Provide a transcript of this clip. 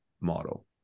model